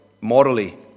morally